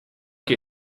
que